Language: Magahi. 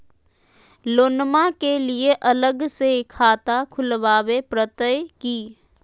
लोनमा के लिए अलग से खाता खुवाबे प्रतय की?